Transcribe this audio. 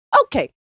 Okay